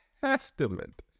testament